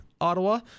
Ottawa